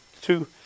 two